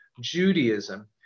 Judaism